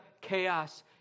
chaos